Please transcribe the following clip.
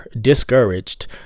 discouraged